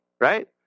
right